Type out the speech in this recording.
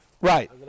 Right